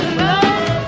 love